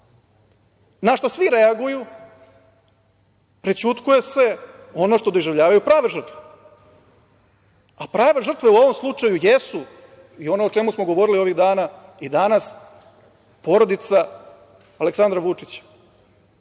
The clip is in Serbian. na šta svi reaguju, prećutkuje se ono što doživljavaju pravu žrtvu, a prava žrtva jeste, i ono o čemu smo govorili ovih dana i danas, porodica Aleksandra Vučića.